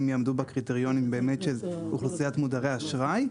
אם באמת יעמדו בקריטריונים של אוכלוסיית מודרי אשראי.